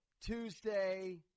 Tuesday